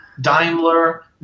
Daimler